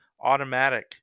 automatic